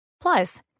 Plus